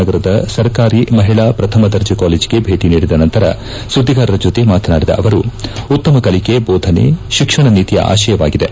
ನಗರದ ಸರಕಾರಿ ಮಹಿಳಾ ಪ್ರಥಮ ದರ್ಜೆ ಕಾಲೇಜಿಗೆ ಭೇಟಿ ನೀಡಿದ ನಂತರ ಸುದ್ದಿಗಾರರ ಜತೆ ಮಾತನಾಡಿದ ಅವರು ಉತ್ತಮ ಕಲಿಕೆ ಬೋಧನೆ ಶಿಕ್ಷಣ ನೀತಿಯ ಆಶಯವಾಗಿದೆ